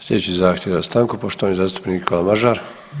Sljedeći zahtjev za stanku poštovani zastupnik Nikola Mažar.